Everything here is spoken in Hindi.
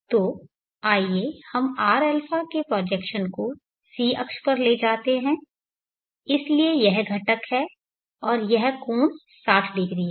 तो आइए हम rα के प्रोजेक्शन को c अक्ष पर ले जाते हैं इसलिए यह घटक है और यह कोण 600 है